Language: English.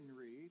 read